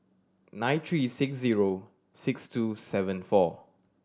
nine three six zero six two seven four